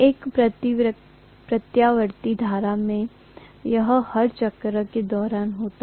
एक प्रत्यावर्ती धारा में यह हर चक्र के दौरान होता है